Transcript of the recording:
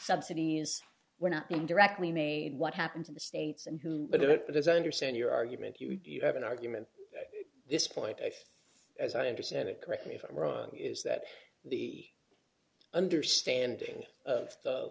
subsidies were not being directly made what happens in the states and who did it but as i understand your argument you have an argument this point if as i understand it correct me if i'm wrong is that the understanding of the